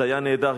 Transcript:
זה היה נהדר,